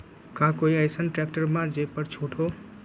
का कोइ अईसन ट्रैक्टर बा जे पर छूट हो?